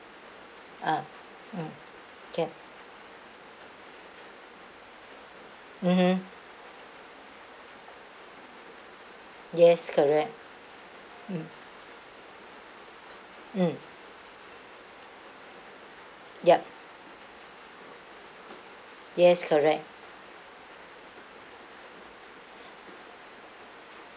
ah mm can mmhmm yes correct mm mm yup yes correct